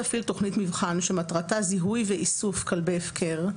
יפעיל תכנית מבחן שמטרתה זיהוי ואיסוף כלבי הפקר,